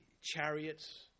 chariots